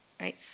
right